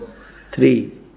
Three